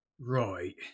Right